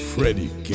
Freddie